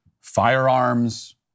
firearms